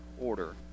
order